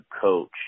coach